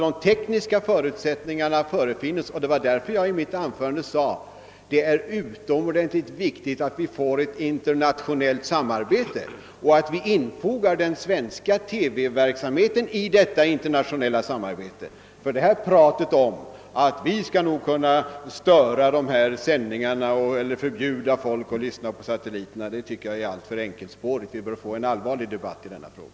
De tekniska förutsättningarna finns alltså, och därför sade jag i mitt anförande att det är utomordentligt viktigt att vi får ett internationellt samarbete och infogar den svenska TV-verksamheten i detta internationella samarbete. Pratet om att vi nog skall kunna störa sändningarna eller förbjuda folk att titta på dem är alltför enkelspårigt. Vi bör kunna få en allvarlig debatt i denna fråga.